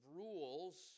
rules